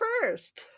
first